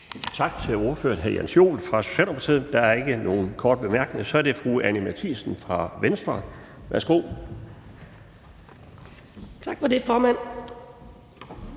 Tak til ordføreren hr. Jens Joel fra Socialdemokratiet. Der er ikke nogen korte bemærkninger. Så er det fru Anni Matthiesen fra Venstre. Værsgo. Kl. 12:50 (Ordfører)